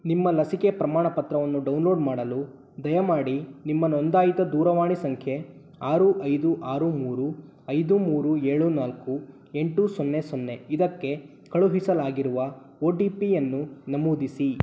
ನಿಮ್ಮ ಲಸಿಕೆ ಪ್ರಮಾಣಪತ್ರವನ್ನು ಡೌನ್ಲೋಡ್ ಮಾಡಲು ದಯಮಾಡಿ ನಿಮ್ಮ ನೋಂದಾಯಿತ ದೂರವಾಣಿ ಸಂಖ್ಯೆ ಆರು ಐದು ಆರು ಮೂರು ಐದು ಮೂರು ಏಳು ನಾಲ್ಕು ಎಂಟು ಸೊನ್ನೆ ಸೊನ್ನೆ ಇದಕ್ಕೆ ಕಳುಹಿಸಲಾಗಿರುವ ಒ ಟಿ ಪಿಯನ್ನು ನಮೂದಿಸಿ